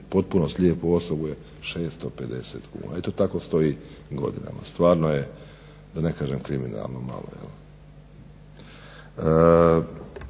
potpunu slijepu osobu je 650 kuna. Eto tako stoji godinama, stvarno je da ne kažem kriminalno malo.